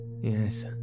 Yes